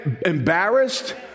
embarrassed